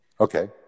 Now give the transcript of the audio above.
Okay